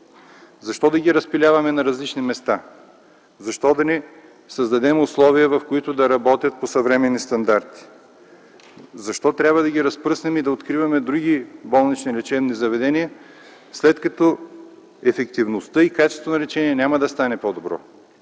Защо да ги разпиляваме на различни места? Защо да не създадем условия, в които да работят по съвременни стандарти? Защо трябва да ги разпръснем и да откриваме други болнични лечебни заведения, след като ефективността и качеството на лечение няма да стане по-добро?